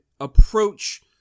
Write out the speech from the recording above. approach